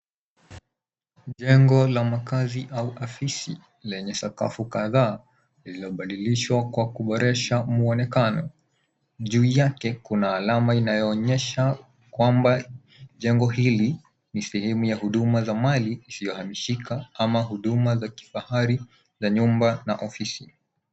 Jengo la makaazi au afisi lenye sakafu kadhaa lililobadilishwa kwa kuboresha mwonekano. Juu yake kuna alama inayoonyesha kwamba jengo hili ni sehemu ya huduma za mali isiyohamishika ama huduma za kifahari za nyumba na ofisi.